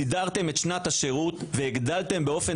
סידרתם את שנת השירות והגדלתם באופן